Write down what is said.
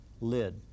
lid